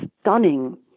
stunning